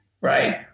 right